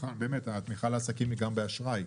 התמיכה לעסקים היא גם באשראי.